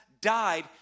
died